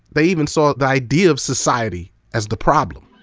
they even saw the idea of society as the problem.